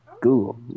Google